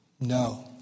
No